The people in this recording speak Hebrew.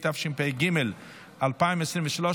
התשפ"ג 2023,